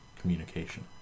communication